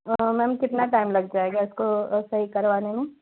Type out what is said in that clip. ma'am कितना time लग जाएगा इसको सही करवाने में